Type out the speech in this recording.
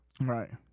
Right